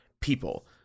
people